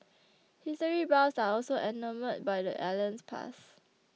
history buffs are also enamoured by the island's past